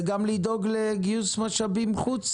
וגם לדאוג לגיוס משאבים חוץ